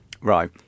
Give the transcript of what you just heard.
Right